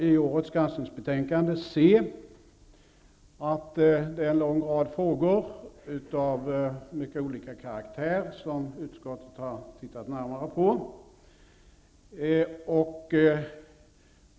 I årets granskningsbetänkande kan vi också se att det är en lång rad frågor av mycket olika karaktär som utskottet har tittat närmare på.